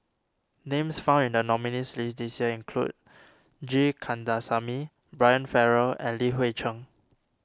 names found in the nominees' list this year include G Kandasamy Brian Farrell and Li Hui Cheng